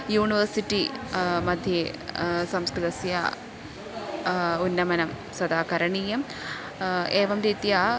university मध्ये संस्कृतस्य उन्नमनं सदा करणीयम् एवं रीत्या